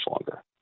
longer